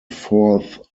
fourth